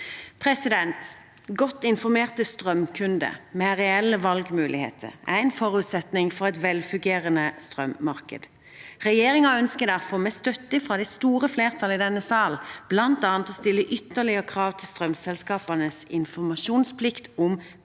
forbrukere. Godt informerte strømkunder med reelle valgmuligheter er en forutsetning for et velfungerende strømmarked. Regjeringen ønsker derfor, med støtte fra det store flertallet i denne sal, bl.a. å stille ytterligere krav til strømselskapenes informasjonsplikt om